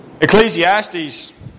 Ecclesiastes